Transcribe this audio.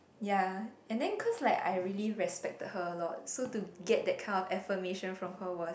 ya and then cause like I really respected her a lot so to get that kind of affirmation from her was